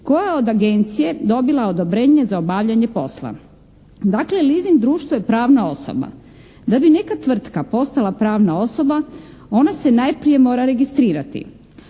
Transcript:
koja je od Agencije dobila odobrenje za obavljanje posla. Dakle leasing društvo je pravna osoba. Da bi neka tvrtka postala pravna osoba ona se najprije mora registrirati.